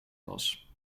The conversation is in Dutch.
was